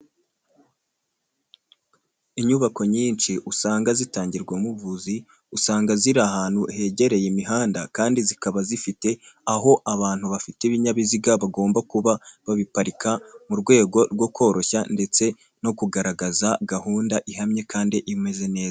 Inyubako nyinshi usanga zitangirwamo ubuvuzi, usanga ziri ahantu hegereye imihanda kandi zikaba zifite aho abantu bafite ibinyabiziga bagomba kuba babiparika mu rwego rwo koroshya ndetse no kugaragaza gahunda ihamye kandi imeze neza.